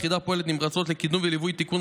היחידה פועלת נמרצות לקידום וליווי תיקון